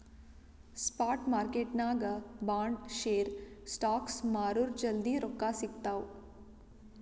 spot ಮಾರ್ಕೆಟ್ನಾಗ್ bond, share, stocks ಮಾರುರ್ ಜಲ್ದಿ ರೊಕ್ಕಾ ಸಿಗ್ತಾವ್